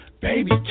Baby